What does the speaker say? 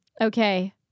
okay